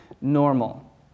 normal